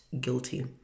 guilty